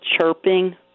chirping